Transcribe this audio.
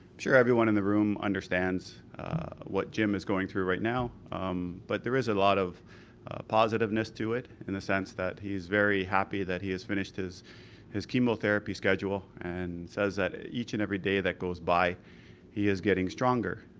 sure everyone in the room understands understands what jim is going through right now but there is a lot of positiveness to it in the sense that he is very happy that he has finished his his chemotherapy schedule and says that each and every day that goes by he is getting stronger.